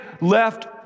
left